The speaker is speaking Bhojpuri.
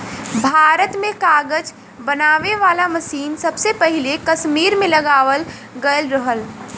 भारत में कागज बनावे वाला मसीन सबसे पहिले कसमीर में लगावल गयल रहल